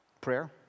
Prayer